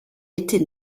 était